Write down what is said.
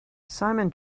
simon